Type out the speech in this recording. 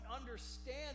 understand